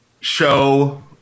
Show